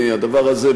הדבר הזה,